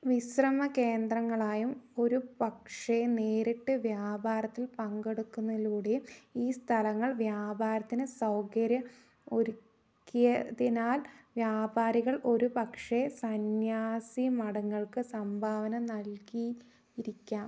വിശ്രമകേന്ദ്രങ്ങളായും ഒരുപക്ഷേ നേരിട്ട് വ്യാപാരത്തിൽ പങ്കെടുക്കുന്നതിലൂടെയും ഈ സ്ഥലങ്ങൾ വ്യാപാരത്തിന് സൗകര്യം ഒരുക്കിയതിനാൽ വ്യാപാരികൾ ഒരുപക്ഷേ സന്യാസിമഠങ്ങൾക്ക് സംഭാവന നൽകിയിരിക്കാം